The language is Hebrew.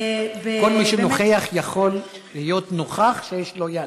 כל מי שנוכֵחַ יכול להיות נוכַח שיש לו יד.